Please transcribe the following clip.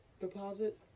deposit